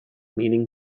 meaning